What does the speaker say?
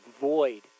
void